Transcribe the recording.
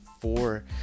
four